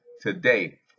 today